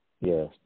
Yes